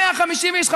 150 איש,